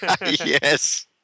Yes